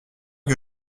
que